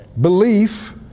Belief